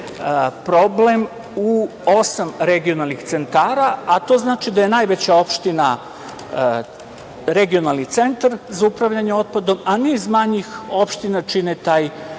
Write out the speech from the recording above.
problem u osam regionalnih centara, a to znači da je najveća opština, Regionalni centar za upravljanje otpadom, a niz manjih opština čine taj